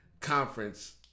conference